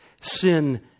sin